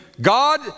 God